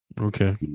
Okay